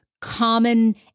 common